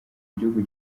igihugu